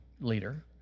leader